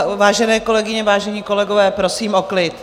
Vážené kolegyně, vážení kolegové, prosím o klid.